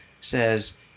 says